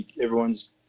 everyone's